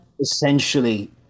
essentially